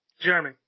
Jeremy